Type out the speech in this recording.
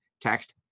Text